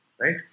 Right